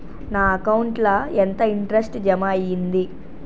నా అకౌంట్ ల ఎంత ఇంట్రెస్ట్ జమ అయ్యింది?